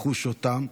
לחוש אותם.